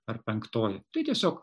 ar penktoji tai tiesiog